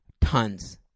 tons